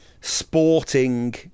sporting